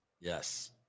Yes